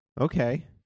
Okay